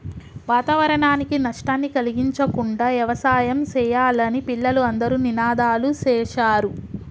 వాతావరణానికి నష్టాన్ని కలిగించకుండా యవసాయం సెయ్యాలని పిల్లలు అందరూ నినాదాలు సేశారు